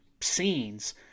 scenes